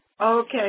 Okay